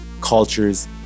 cultures